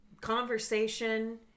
conversation